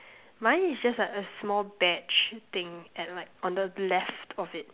mine is just like a small badge thing at like on the left of it